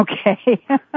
Okay